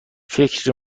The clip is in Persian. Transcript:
فکر